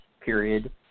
period